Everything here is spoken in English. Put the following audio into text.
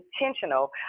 intentional